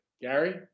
Gary